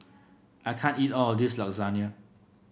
I can't eat all of this Lasagne